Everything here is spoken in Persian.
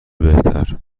بهتر